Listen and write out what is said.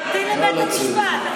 אז תמתין לבית המשפט,